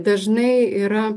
dažnai yra